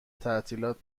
تعطیلات